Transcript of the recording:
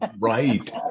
Right